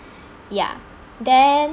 ya then